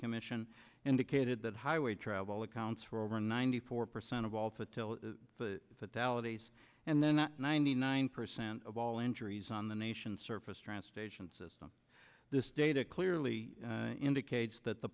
commission indicated that highway travel accounts for over ninety four percent of all to fatalities and then ninety nine percent of all injuries on the nation's surface transportation system this data clearly indicates that the